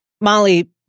Molly